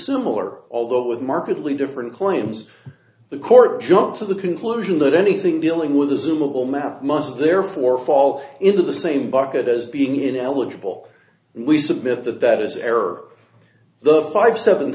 similar although with markedly different claims the court jumped to the conclusion that anything dealing with assumable map must therefore fall into the same bucket as being ineligible we submit that that is error the five seven